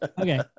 Okay